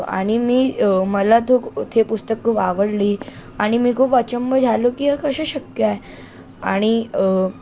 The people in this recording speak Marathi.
आणि मी मला तो ते पुस्तक खूप आवडली आणि मी खूप अचंब झालो की हे कसं शक्य आहे आणि